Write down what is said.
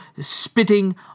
spitting